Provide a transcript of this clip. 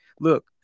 Look